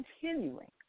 continuing